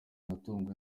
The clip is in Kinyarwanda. natunguwe